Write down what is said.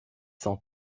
cent